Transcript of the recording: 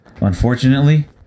Unfortunately